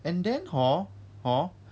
and then hor hor